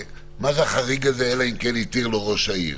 מה זה החריג "אלא אם כן התיר לו ראש העיר"?